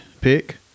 pick